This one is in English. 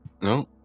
No